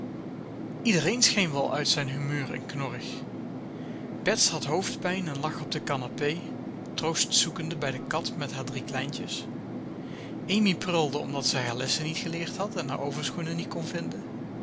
iedereen scheen wel uit zijn humeur en knorrig bets had hoofdpijn en lag op de canapé troost zoekende bij de kat met haar drie kleintjes amy pruilde omdat ze haar lessen niet geleerd had en haar overschoenen niet kon vinden